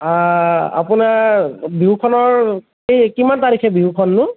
আপোনাৰ বিহুখনৰ কি কিমান তাৰিখে বিহুখননো